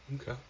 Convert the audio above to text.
okay